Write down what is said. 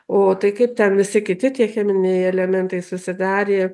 o tai kaip ten visi kiti tie cheminiai elementai susidarė